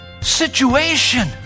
situation